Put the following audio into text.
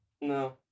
No